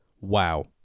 Wow